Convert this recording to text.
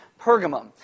Pergamum